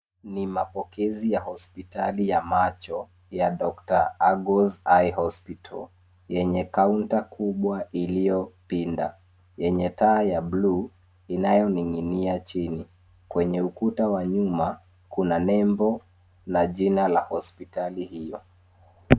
Ni mapokezi ya hospitali ya macho ya Dr. Argos Eye Hospital, yenye kaunta kubwa iliyopinda. Yenye taa ya bluu inayoning'inia chini, kwenye ukuta wa nyuma kuna nembo na jina la hospitali hiyo.